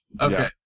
Okay